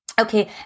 Okay